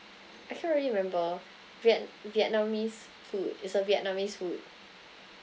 I can't really remember viet~ vietnamese food it's a vietnamese food